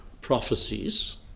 prophecies